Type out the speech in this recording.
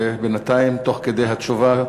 ובינתיים, תוך כדי התשובה,